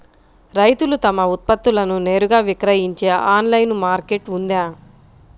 రైతులు తమ ఉత్పత్తులను నేరుగా విక్రయించే ఆన్లైను మార్కెట్ ఉందా?